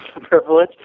privilege